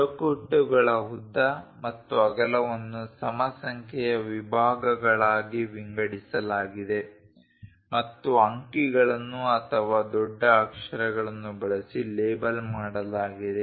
ಚೌಕಟ್ಟುಗಳ ಉದ್ದ ಮತ್ತು ಅಗಲವನ್ನು ಸಮ ಸಂಖ್ಯೆಯ ವಿಭಾಗಗಳಾಗಿ ವಿಂಗಡಿಸಲಾಗಿದೆ ಮತ್ತು ಅಂಕಿಗಳನ್ನು ಅಥವಾ ದೊಡ್ಡ ಅಕ್ಷರಗಳನ್ನು ಬಳಸಿ ಲೇಬಲ್ ಮಾಡಲಾಗಿದೆ